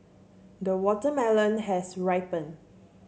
the watermelon has ripened